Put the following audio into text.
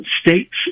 states